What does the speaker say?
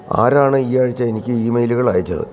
ആരാണ് ഈയാഴ്ച എനിക്ക് ഈമെയിലുകളയച്ചത്